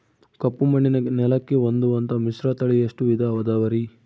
ಕಪ್ಪುಮಣ್ಣಿನ ನೆಲಕ್ಕೆ ಹೊಂದುವಂಥ ಮಿಶ್ರತಳಿ ಎಷ್ಟು ವಿಧ ಅದವರಿ?